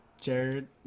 Jared